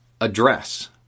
Address